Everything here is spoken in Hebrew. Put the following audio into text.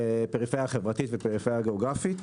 לפריפריה חברתית ולפריפריה גיאוגרפית.